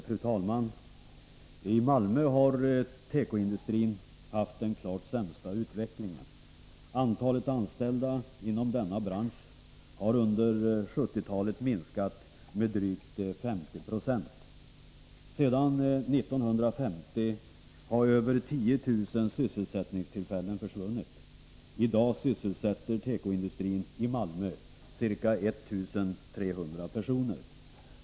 Fru talman! I Malmö har tekoindustrin haft den klart sämsta utvecklingen. Antalet anställda inom denna bransch har under 1970-talet minskat med drygt 50 20. Sedan 1950 har över 10 000 sysselsättningstillfällen försvunnit. I dag sysselsätter tekoindustrin i Malmö ca 1 300 personer.